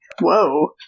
Whoa